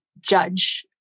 judge